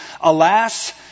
Alas